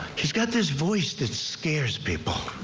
he's got his voice that scares people.